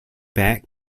back